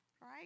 right